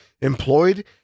employed